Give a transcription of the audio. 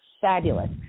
fabulous